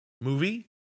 movie